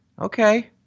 okay